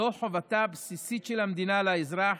זאת חובתה הבסיסית של המדינה לאזרח,